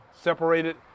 separated